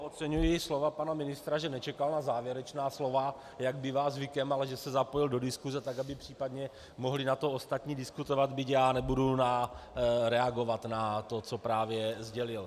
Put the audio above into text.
Oceňuji pana ministra, že nečekal na závěrečná slova, jak bývá zvykem, ale že se zapojil do diskuse, aby případně na to mohli ostatní diskutovat, byť já nebudu reagovat na to, co právě sdělil.